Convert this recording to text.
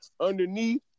underneath